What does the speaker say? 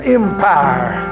empire